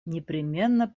непременно